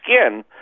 skin